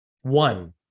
one